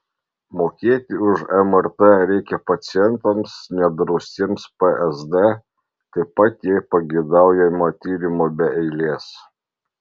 mokėti už mrt reikia pacientams neapdraustiems psd taip pat jei pageidaujama tyrimo be eilės